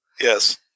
Yes